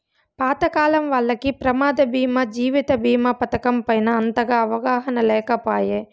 పాతకాలం వాల్లకి ప్రమాద బీమా జీవిత బీమా పతకం పైన అంతగా అవగాహన లేకపాయె